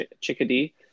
chickadee